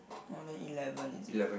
more than eleven is it